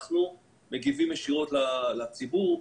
אנחנו מגיבים ישירות לציבור.